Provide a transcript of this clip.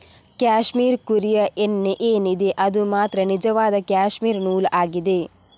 cashmere ಕುರಿಯ ಉಣ್ಣೆ ಏನಿದೆ ಅದು ಮಾತ್ರ ನಿಜವಾದ ಕ್ಯಾಶ್ಮೀರ್ ನೂಲು ಆಗಿದೆ